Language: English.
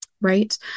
right